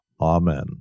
Amen